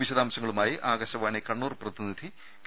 വിശദാംശങ്ങളുമായി ആകാശവാണി കണ്ണൂർ പ്രതിനിധി കെ